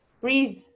breathe